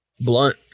Blunt